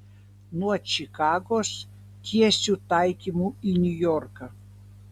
nuo čikagos tiesiu taikymu į niujorką